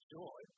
joy